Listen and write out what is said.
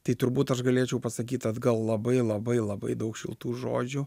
tai turbūt aš galėčiau pasakyt atgal labai labai labai daug šiltų žodžių